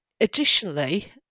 Additionally